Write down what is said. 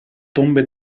tombe